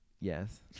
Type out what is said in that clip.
Yes